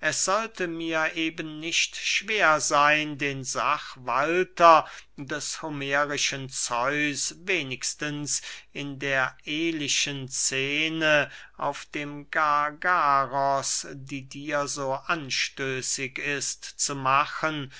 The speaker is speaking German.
es sollte mir eben nicht schwer seyn den sachwalter des homerischen zeus wenigstens in der ehlichen scene auf dem gargaros die dir so anstößig ist zu machen